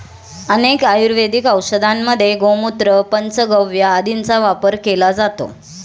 अनेक आयुर्वेदिक औषधांमध्ये गोमूत्र, पंचगव्य आदींचा वापर केला जातो